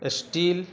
steel